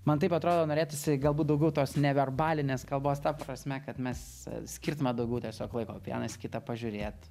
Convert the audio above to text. man taip atrodo norėtųsi galbūt daugiau tos neverbalinės kalbos ta prasme kad mes skirtume daugiau tiesiog laiko vienas kitą pažiūrėt